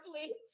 please